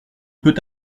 peut